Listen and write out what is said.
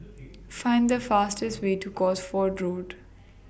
Find The fastest Way to Cosford Road